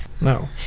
No